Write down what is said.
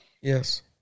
Yes